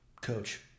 coach